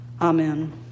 Amen